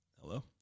Hello